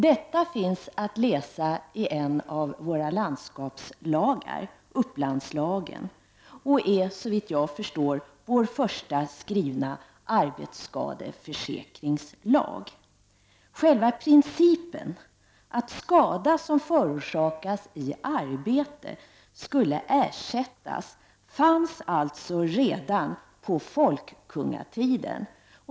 Detta kan man läsa i en våra landskapslagar, Upplandslagen, och det är såvitt jag förstår vår första skrivna arbetsskadeförsäkringslag. Själva principen, att skada som förorsakas i arbete skulle ersättas, fanns alltså redan på folkungatiden.